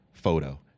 Photo